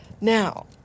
Now